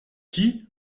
qui